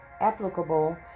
applicable